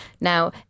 Now